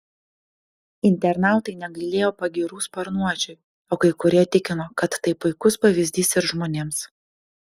internautai negailėjo pagyrų sparnuočiui o kai kurie tikino kad tai puikus pavyzdys ir žmonėms